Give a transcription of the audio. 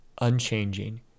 unchanging